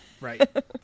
right